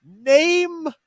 name